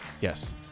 Yes